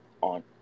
on